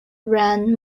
rand